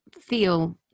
feel